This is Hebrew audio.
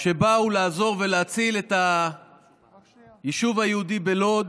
שבאו לעזור ולהציל את היישוב היהודי בלוד,